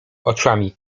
oczami